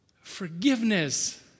Forgiveness